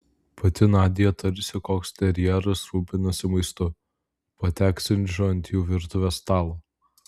pati nadia tarsi koks terjeras rūpinosi maistu pateksiančiu ant jų virtuvės stalo